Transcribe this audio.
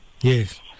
Yes